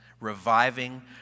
reviving